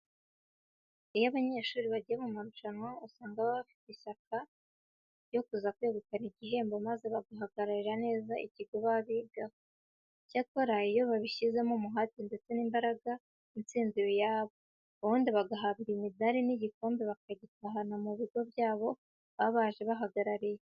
Iyo abanyeshuri bagiye mu marushanwa usanga baba bafite ishyaka ryo kuza kwegukana igihembo maze bagahagararira neza ikigo baba bigaho. Icyakora iyo babishizemo umuhate ndetse n'imbaraga insinzi iba iyabo, ubundi bagahabwa imidari n'igikombe bakagitahana mu bigo byabo baba baje bahagarariye.